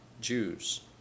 Jews